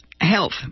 health